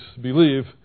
believe